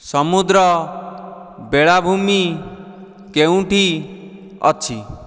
ସମୁଦ୍ର ବେଳାଭୂମି କେଉଁଠି ଅଛି